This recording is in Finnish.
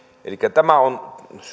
elikkä on